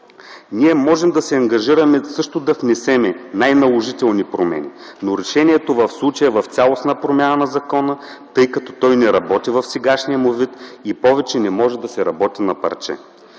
Ние можем да се ангажираме също да внесем най-наложителни промени, но решението в случая е в цялостна промяна на закона, тъй като той не работи в сегашния му вид и повече не може да се работи на парче.